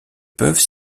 peuvent